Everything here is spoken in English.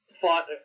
fought